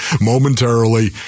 momentarily